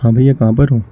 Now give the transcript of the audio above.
ہاں بھیا کہاں پر ہو